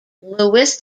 lewis